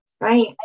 Right